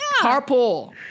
carpool